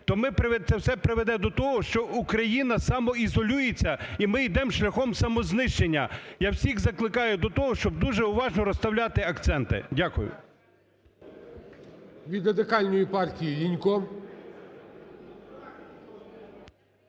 то це все приведе до того, що Україна самоізолюється і ми йдемо шляхом самознищення. Я всіх закликаю до того, щоб дуже уважно розставляти акценти. Дякую.